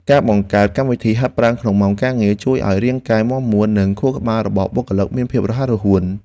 ការបង្កើតកម្មវិធីហាត់ប្រាណក្នុងម៉ោងការងារ ជួយឱ្យរាងកាយមាំមួននិងខួរក្បាលរបស់បុគ្គលិកមានភាពរហ័សរហួន។